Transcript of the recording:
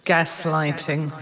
Gaslighting